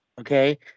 okay